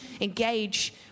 engage